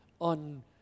on